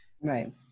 Right